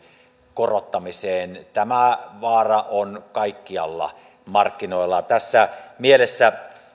korottamiseen tämä vaara on kaikkialla markkinoilla tässä mielessä